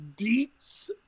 Deets